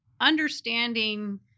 understanding